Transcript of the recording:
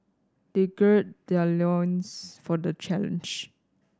they gird their loins for the challenge